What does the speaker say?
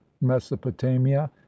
mesopotamia